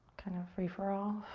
kind of free for all.